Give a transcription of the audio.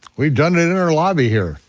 we've done it in our lobby here.